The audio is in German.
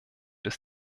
des